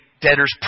debtor's